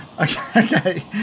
okay